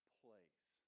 place